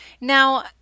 Now